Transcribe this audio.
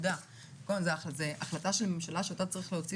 זה החלטה של ממשלה שאתה צריך להוציא